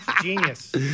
Genius